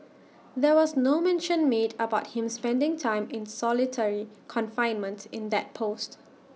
there was no mention made about him spending time in solitary confinement in that post